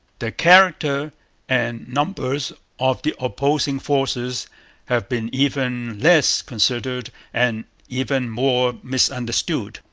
the character and numbers of the opposing forces have been even less considered and even more misunderstood.